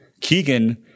Keegan